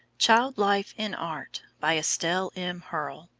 child-life in art by estelle m. hurll,